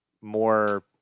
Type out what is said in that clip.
more